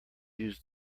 use